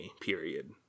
period